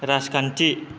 राजखान्थि